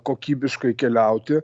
kokybiškai keliauti